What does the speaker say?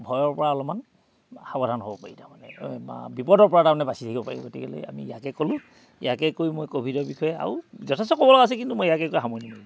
ভয়ৰ পৰা অলপমান সাৱধান হ'ব পাৰি তাৰমানে বিপদৰ পৰা তাৰমানে বাচি থাকিব পাৰি গতিকেলৈ আমি ইয়াকে ক'লোঁ ইয়াকে কৈ মই ক'ভিডৰ বিষয়ে আৰু যথেষ্ট ক'বলৈ আছে কিন্তু মই ইয়াকে কৈ সামৰণি মাৰিলোঁ